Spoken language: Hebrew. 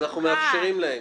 אבל אנחנו מאפשרים להם.